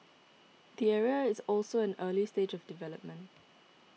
the area is also at an early stage of development